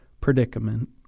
predicament